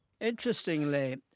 Interestingly